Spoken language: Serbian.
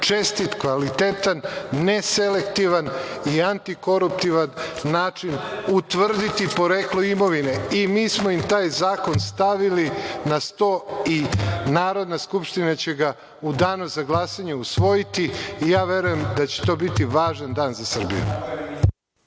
čestit, kvalitetan, neselektivan i anti-koruptivan način utvrditi poreklo imovine i mi smo im taj zakon stavili na sto i Narodna skupština će ga u danu za glasanje usvojiti i ja verujem da će to biti važan dan za Srbiju.